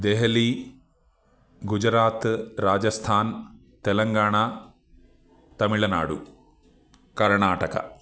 देहली गुजरातः राजस्थानं तेलङ्गणा तमिल्नाडुः कर्णाटकः